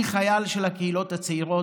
אני חייל של הקהילות הצעירות,